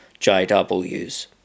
JWs